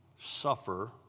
suffer